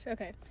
Okay